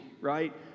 right